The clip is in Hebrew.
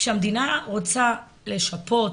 כשהמדינה רוצה לשפות,